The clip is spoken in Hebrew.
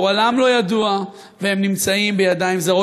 גורלם לא ידוע והם נמצאים בידיים זרות.